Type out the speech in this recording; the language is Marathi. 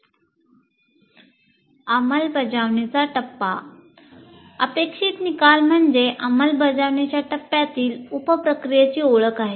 अंमलबजावणीचा टप्पा अपेक्षित निकाल म्हणजे अंमलबजावणीच्या टप्प्यातील उप प्रक्रियांची ओळख आहे